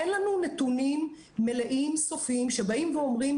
אין לנו נתונים מלאים סופיים שבאים ואומרים,